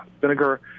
vinegar